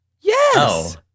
Yes